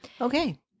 Okay